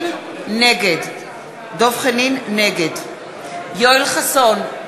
נגד יואל חסון,